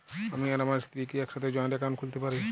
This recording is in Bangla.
আমি আর আমার স্ত্রী কি একসাথে জয়েন্ট অ্যাকাউন্ট খুলতে পারি?